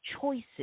choices